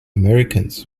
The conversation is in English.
americans